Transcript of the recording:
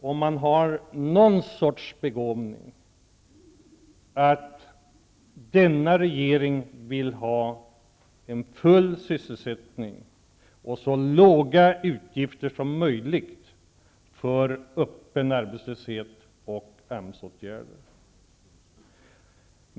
Om man har någon sorts begåvning borde man förstå att det är självklart att regeringen vill ha full sysselsättning och så låga utgifter som möjligt för öppen arbetslöshet och AMS-åtgärder.